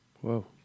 Whoa